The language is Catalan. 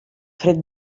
fred